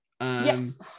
Yes